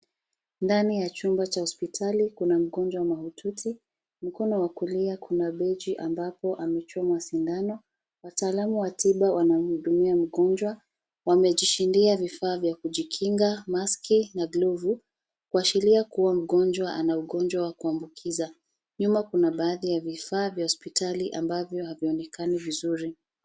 Ndani ya chumba cha hospitali kuna mgonjwa mahututi. Mkono wa kulia kuna beji ambapo amechomwa sindano. Wataalamu wa tiba wanamhudumia mgonjwa wamejishindia vifaa vya kujikinga maski na glovu kuashiria kuwa mgonjwa ana ugonjwa wa kuambukiza. Nyuma kuna baadhi ya vifaa vya hospitali ambavyo havionekani vizuri.